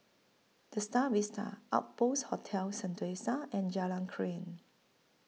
The STAR Vista Outpost Hotel Sentosa and Jalan Krian